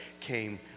came